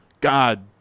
God